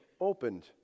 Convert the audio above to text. opened